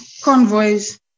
convoys